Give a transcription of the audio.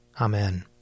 Amen